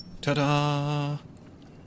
Ta-da